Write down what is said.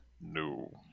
No